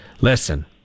Listen